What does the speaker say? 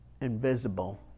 invisible